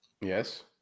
Yes